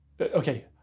okay